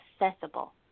accessible